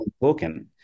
token